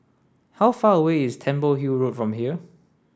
how far away is Temple Hill Road from here